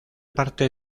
parte